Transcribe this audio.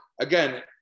again